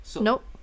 Nope